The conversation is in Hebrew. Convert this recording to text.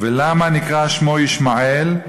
ולמה נקרא שמו ישמעאל?